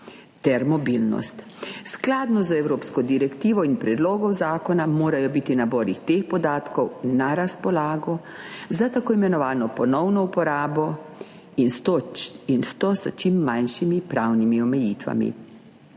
ter mobilnost. Skladno z evropsko direktivo in predlogom zakona morajo biti nabori teh podatkov na razpolago za tako imenovano ponovno uporabo, in to s čim manjšimi pravnimi omejitvami.